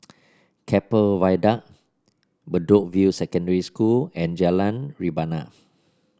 Keppel Viaduct Bedok View Secondary School and Jalan Rebana